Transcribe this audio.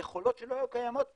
יכולות שלא היו קיימות פה.